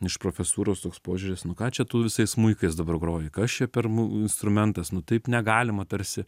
iš profesūros toks požiūris nu ką čia tu visais smuikais dabar groji kas čia per instrumentas nu taip negalima tarsi